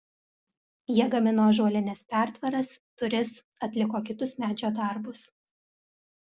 jie gamino ąžuolines pertvaras duris atliko kitus medžio darbus